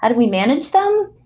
and we manage them?